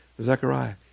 Zechariah